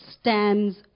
stands